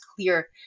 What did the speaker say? clear